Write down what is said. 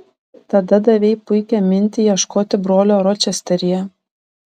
tada davei puikią mintį ieškoti brolio ročesteryje